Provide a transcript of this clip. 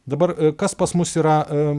dabar kas pas mus yra